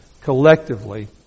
collectively